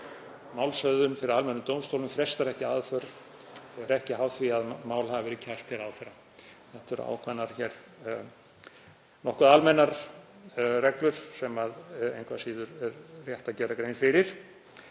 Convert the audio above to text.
Málshöfðun fyrir almennum dómstólum frestar ekki aðför og er ekki háð því að mál hafi áður verið kært til ráðherra. — Þetta eru ákveðnar nokkuð almennar reglur sem engu að síður er rétt að gera grein fyrir.